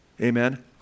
amen